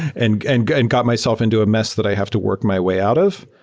and and and got myself into a mess that i have to work my way out of.